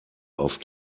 auf